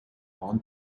own